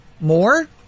More